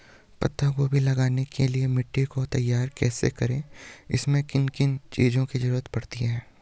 पत्ता गोभी लगाने के लिए मिट्टी को तैयार कैसे करें इसमें किन किन चीज़ों की जरूरत पड़ती है?